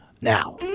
now